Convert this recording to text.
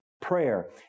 Prayer